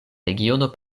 regiono